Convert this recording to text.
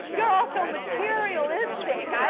you're also materialistic!